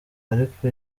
ariko